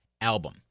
album